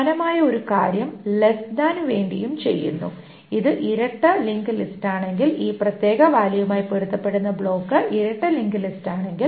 സമാനമായ ഒരു കാര്യം ലെസ്സ് താനു വേണ്ടിയും ചെയ്യുന്നു ഇത് ഇരട്ട ലിങ്ക് ലിസ്റ്റാണെങ്കിൽ ഈ പ്രത്യേക വാല്യൂവുമായി പൊരുത്തപ്പെടുന്ന ബ്ലോക്ക് ഇരട്ട ലിങ്ക് ലിസ്റ്റാണെങ്കിൽ